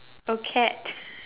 oh cat